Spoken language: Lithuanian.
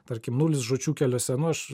tarkim nulis žūčių keliuose nu aš